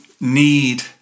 need